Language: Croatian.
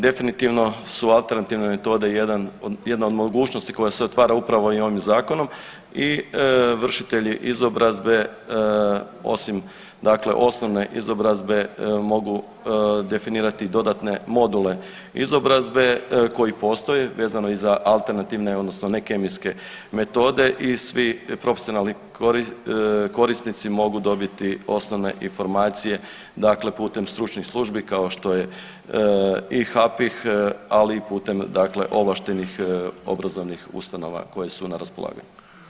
Definitivno su alternativne metode jedna od mogućnosti koja se otvara i ovim zakonom i vršitelji izobrazbe osim, dakle osnovne izobrazbe mogu definirati i dodatne module izobrazbe koji postoje vezano i za alternativne, odnosno nekemijske metode i svi profesionalni korisnici mogu dobiti osnovne informacije, dakle putem stručnih službi kao što je i HAPIH, ali i putem ovlaštenih obrazovnih ustanova koje su na raspolaganju.